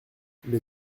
les